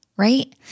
right